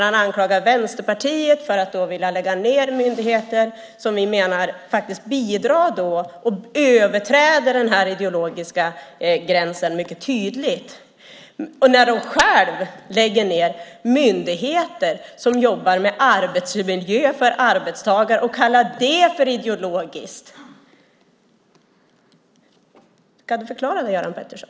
Han anklagar Vänsterpartiet för att vilja lägga ned myndigheter som vi menar överträder den ideologiska gränsen mycket tydligt, när regeringen själv lägger ned myndigheter som jobbar med arbetsmiljö för arbetstagare och kallar det för ideologiskt. Kan du förklara det, Göran Pettersson?